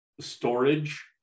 storage